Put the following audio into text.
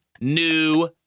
new